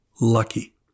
lucky